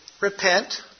repent